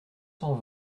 cent